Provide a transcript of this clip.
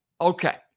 Okay